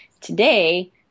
Today